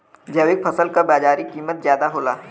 जैविक फसल क बाजारी कीमत ज्यादा होला